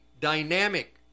dynamic